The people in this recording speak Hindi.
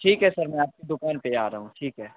ठीक है सर मैं आपकी दुकान पर आ रहा हूँ ठीक है